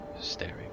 staring